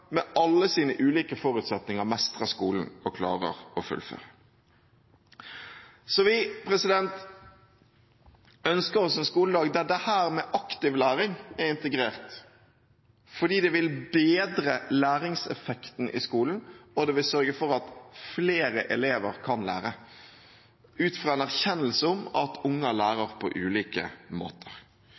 at alle unger, med alle sine ulike forutsetninger, mestrer skolen og klarer å fullføre. Vi ønsker oss en skoledag der dette med aktiv læring er integrert, for det vil bedre læringseffekten i skolen, og det vil sørge for at flere elever kan lære, ut ifra en erkjennelse om at unger lærer på ulike måter.